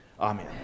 Amen